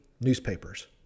newspapers